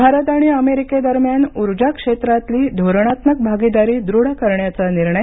भारत आणि अमेरिकेदरम्यान उर्जा क्षेत्रातली धोरणात्मक भागीदारी दृढ करण्याचा निर्णय